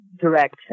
direct